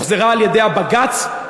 הוחזרה על-ידי הבג"ץ,